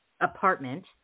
apartment